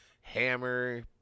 Hammer